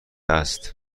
است